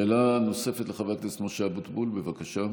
שאלה נוספת, לחבר הכנסת משה אבוטבול, בבקשה.